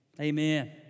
amen